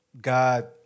God